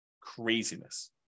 Craziness